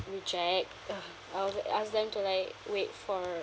reject uh I'll ask them to like wait for